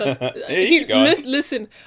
Listen